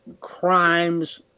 crimes